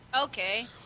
Okay